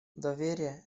доверие